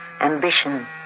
ambition